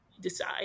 decide